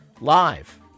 live